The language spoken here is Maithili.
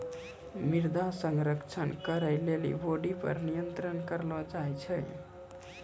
मृदा संरक्षण करै लेली बाढ़ि पर नियंत्रण करलो जाय छै